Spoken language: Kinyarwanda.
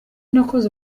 nakoze